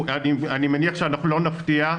אני מניח שאנחנו לא נפתיע,